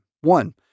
One